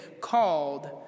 called